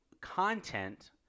content